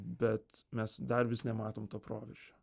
bet mes dar vis nematom to proveržio